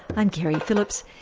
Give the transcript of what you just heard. i'm keri phillips,